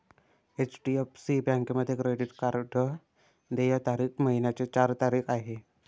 HDFC बँकेमध्ये credit card देय तारीख महिन्याची चार तारीख आहे